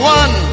one